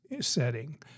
setting